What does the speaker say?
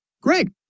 Greg